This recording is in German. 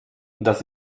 das